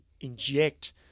inject